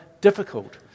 difficult